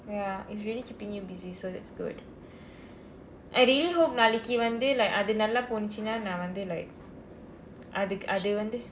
ya it's really keeping you busy so that's good I really hope maliki நாளைக்கு வந்து:nalaikku vandthu like அது நல்லா போனதுனா நான் வந்து:athu nallaa ponathunaa naan vandthu like அதுக்கு அது வந்து:athukku athu vandthu